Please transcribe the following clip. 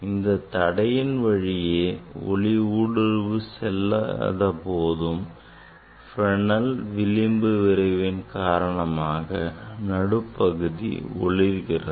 இந்தத் தடையின் வழியே ஒளி ஊடுருவிச் செல்லாத போதும் Fresnel விளிம்பு விளைவின் காரணமாகவே நடுப்பகுதி ஒளிர்கிறது